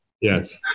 Yes